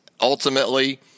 Ultimately